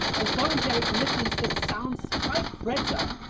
and voluntary commitments, that sounds quite fragile!